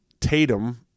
Tatum